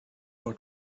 for